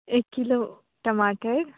ایک کلو ٹماٹر